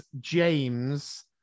James